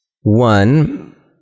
one